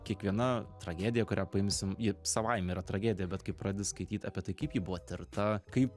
kiekviena tragedija kurią paimsim ji savaime yra tragedija bet kai pradedi skaityt apie tai kaip ji buvo tirta kaip